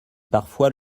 parfois